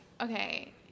Okay